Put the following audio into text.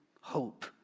hope